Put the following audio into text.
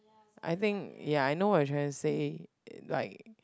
I think ya I know what your trying to say like